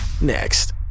next